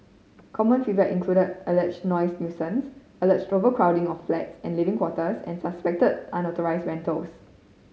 common feedback included alleged noise nuisance alleged overcrowding of flats and living quarters and suspected unauthorised rentals